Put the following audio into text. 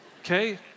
Okay